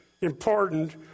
important